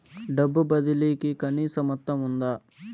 డబ్బు బదిలీ కి కనీస మొత్తం ఉందా?